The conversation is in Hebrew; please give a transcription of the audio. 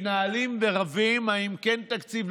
מתנהלים ורבים אם כן תקציב,